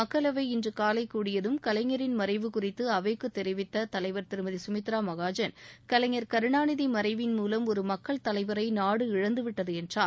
மக்களவை இன்று காலை கூடியதும் கலைஞரின் மறைவு குறித்து அவைக்குத் தெரிவித்த அவைத்தலைவா் திருமதி சுமித்ரா மகாஜன் கலைஞா் கருணாநிதி மறைவின் மூலம் ஒரு மக்கள் தலைவரை நாடு இழந்துவிட்டது என்றார்